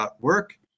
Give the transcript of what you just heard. Work